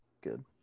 Good